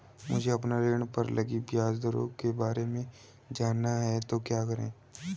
मुझे अपने ऋण पर लगी ब्याज दरों के बारे में जानना है तो क्या करें?